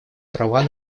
права